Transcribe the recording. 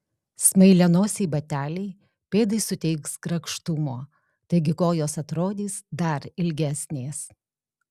smailianosiai bateliai pėdai suteiks grakštumo taigi kojos atrodys dar ilgesnės